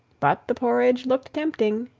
but the porridge looked tempting,